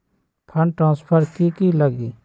Fund transfer कि की लगी?